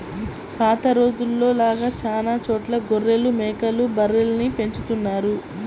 పాత రోజుల్లో లాగా చానా చోట్ల గొర్రెలు, మేకలు, బర్రెల్ని పెంచుతున్నారు